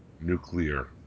nuclear